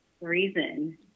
reason